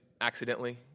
accidentally